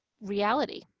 reality